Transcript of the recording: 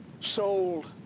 sold